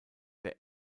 der